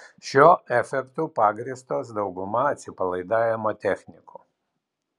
šiuo efektu pagrįstos dauguma atsipalaidavimo technikų